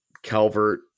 calvert